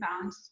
found